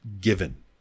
given